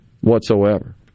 whatsoever